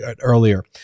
earlier